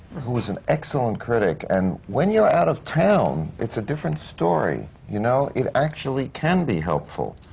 who was an excellent critic, and when you're out of town, it's a different story, you know? it actually can be helpful.